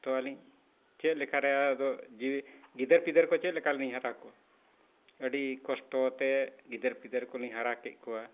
ᱛᱚ ᱟᱹᱞᱤᱧ ᱪᱮᱫ ᱞᱮᱠᱟ ᱨᱮᱫᱚ ᱡᱤᱣᱤ ᱜᱤᱫᱟᱹᱨ ᱯᱤᱫᱟᱹᱨ ᱠᱚ ᱪᱮᱫ ᱞᱮᱠᱟ ᱨᱤᱞᱤᱧ ᱦᱟᱨᱟ ᱠᱚᱣᱟ ᱟᱹᱰᱤ ᱠᱚᱥᱴᱚ ᱛᱮ ᱜᱤᱫᱟᱹᱨ ᱯᱤᱫᱟᱹᱨ ᱠᱚᱞᱤᱧ ᱦᱟᱨᱟ ᱠᱮᱫ ᱠᱚᱣᱟ